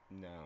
No